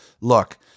Look